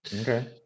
Okay